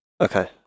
Okay